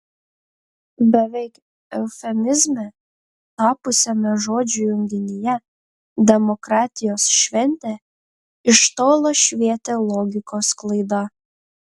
beveik eufemizme tapusiame žodžių junginyje demokratijos šventė iš tolo švietė logikos klaida